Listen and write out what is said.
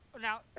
Now